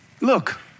Look